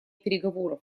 переговоров